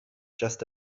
just